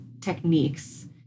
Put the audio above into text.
techniques